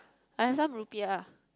I have some rupiah